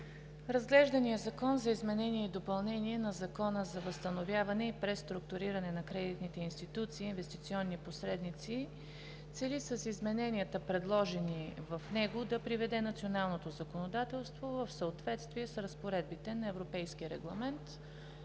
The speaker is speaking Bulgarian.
разглежданият Закон за изменение и допълнение на Закона за възстановяване и преструктуриране на кредитните институции и инвестиционни посредници цели с измененията, предложени в него, да приведе националното законодателство в съответствие с разпоредбите на Европейския регламент